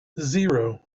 zero